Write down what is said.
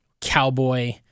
cowboy